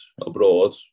abroad